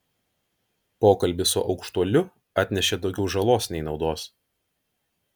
pokalbis su aukštuoliu atnešė daugiau žalos nei naudos